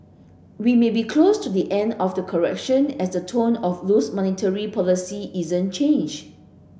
we may be close to be end of the correction as the tone of loose monetary policy isn't changed